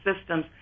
systems